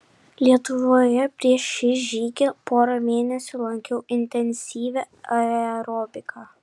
lietuvoje prieš šį žygį porą mėnesių lankiau intensyvią aerobiką